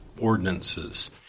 ordinances